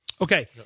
Okay